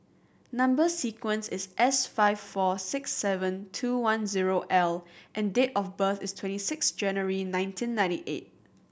number sequence is S five four six seven two one zero L and date of birth is twenty six January nineteen ninety eight